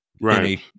Right